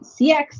CX